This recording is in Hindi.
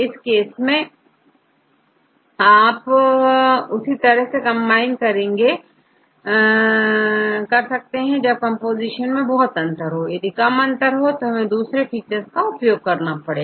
इस केस में आप उसी समय कंबाइन कर सकते हैं जब कंपोजीशन में बहुत अंतर हो यदि कम अंतर हो तो आप दूसरे फीचर्स का उपयोग करेंगे